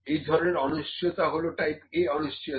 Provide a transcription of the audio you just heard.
এই ধরনের অনিশ্চিয়তা হল টাইপ A অনিশ্চয়তা